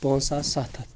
پانٛژھ ساس ستھ ہتھ